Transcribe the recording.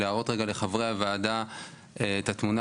להראות רגע לחברי הוועדה את התמונה